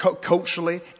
culturally